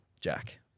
Jack